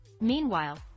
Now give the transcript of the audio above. Meanwhile